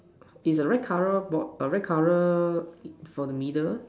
is a red color board err red color for the middle